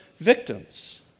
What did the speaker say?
victims